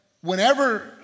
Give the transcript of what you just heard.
whenever